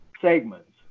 segments